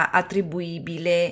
attribuibile